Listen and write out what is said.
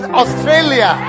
australia